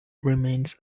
remains